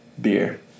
beer